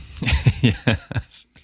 Yes